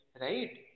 Right